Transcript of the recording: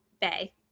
Bay